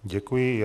Děkuji.